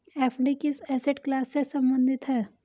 FD किस asset class से संबंधित है?